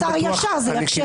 שר ישר, זה יקשה עליו.